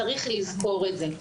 צריך לזכור את זה.